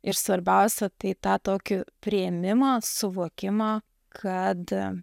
ir svarbiausia tai tą tokį priėmimą suvokimą kad